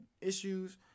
issues